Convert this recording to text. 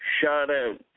Shout-out